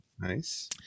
Nice